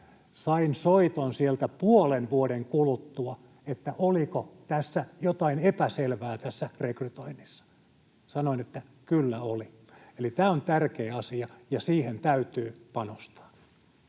Sain soiton sieltä puolen vuoden kuluttua, että oliko tässä rekrytoinnissa jotain epäselvää. Sanoin, että kyllä oli. Eli tämä on tärkeä asia, ja siihen täytyy panostaa.